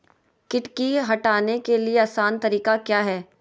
किट की हटाने के ली आसान तरीका क्या है?